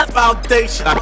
foundation